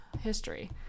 History